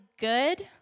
good